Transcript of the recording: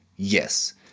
Yes